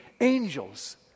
angels